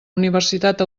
universitat